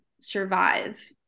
survive